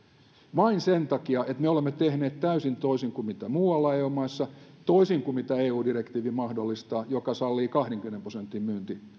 vain sen takia että me olemme tehneet täysin toisin kuin muualla eu maissa toisin kuin mitä eu direktiivi mahdollistaa se sallii kahdenkymmenen prosentin